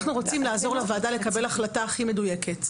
אנחנו רוצים לעזור לוועדה לקבל החלטה הכי מדויקת,